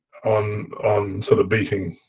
on sort of beating